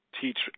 teach